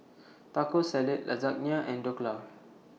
Taco Salad Lasagna and Dhokla